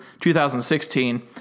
2016